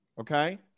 okay